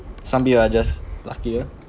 some people are just luckier